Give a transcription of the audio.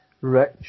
Rich